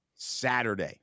Saturday